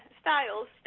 styles